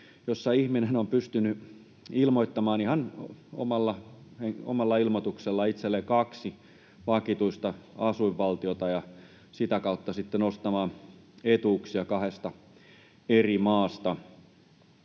jossa ihminen on pystynyt ilmoittamaan ihan omalla ilmoituksellaan itselleen kaksi vakituista asuinvaltiota ja sitä kautta sitten nostamaan etuuksia kahdesta eri maasta.